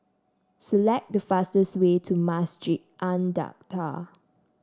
select the fastest way to Masjid An Nahdhah